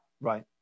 Right